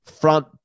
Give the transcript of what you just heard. front